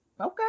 okay